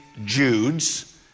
Judes